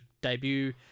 debut